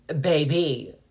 baby